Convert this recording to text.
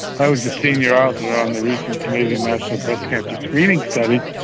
i was the senior author on the recent canadian national breast cancer screening study,